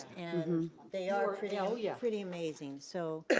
and they are pretty ah yeah pretty amazing. so,